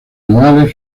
nogales